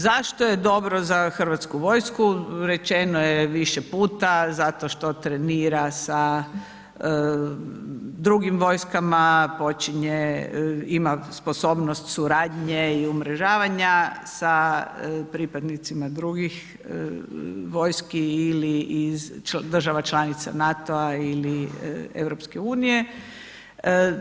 Zašto je dobro za Hrvatsku vojsku rečeno je više puta, zato što trenira sa drugim vojskama, ima sposobnost suradnje i umrežavanja sa pripadnicima drugih vojski ili iz država članica NATO-a ili EU-a.